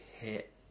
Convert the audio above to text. hit